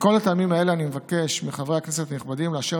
מכל הטעמים האלה אני מבקש מחברי הכנסת הנכבדים לאשר